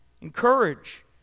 encourage